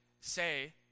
say